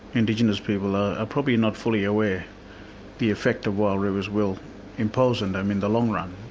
indigenous people, are probably not fully aware the effect the wild rivers will impose on them in the long run,